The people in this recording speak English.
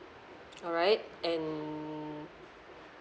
alright and